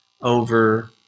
over